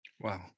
Wow